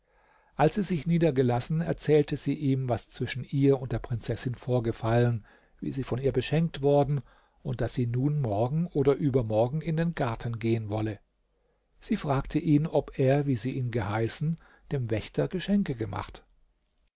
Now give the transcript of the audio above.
als sie sich niedergelassen erzählte sie ihm was zwischen ihr und der prinzessin vorgefallen wie sie von ihr beschenkt worden und daß sie nun morgen oder übermorgen in den garten gehen wolle sie fragte ihn ob er wie sie ihn geheißen dem wächter geschenke gemacht